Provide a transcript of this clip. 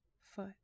foot